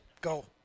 Go